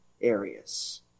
areas